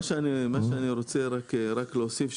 מה שאני רוצה להוסיף,